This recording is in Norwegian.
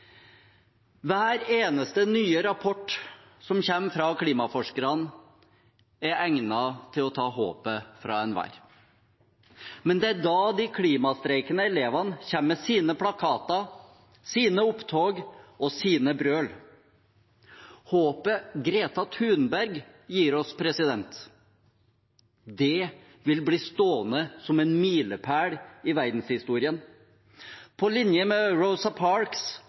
Hver eneste nye rapport som kommer fra klimaforskerne, er egnet til å ta håpet fra enhver. Men det er da de klimastreikende elevene kommer med sine plakater, sine opptog og sine brøl. Håpet Greta Thunberg gir oss, vil bli stående som en milepæl i verdenshistorien, på linje med Rosa Parks,